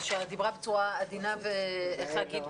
שדיברה בצורה עדינה ובאנדרסטייטמנט.